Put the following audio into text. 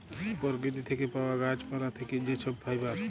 পরকিতি থ্যাকে পাউয়া গাহাচ পালা থ্যাকে যে ছব ফাইবার